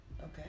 Okay